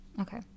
Okay